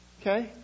Okay